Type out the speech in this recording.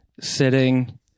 sitting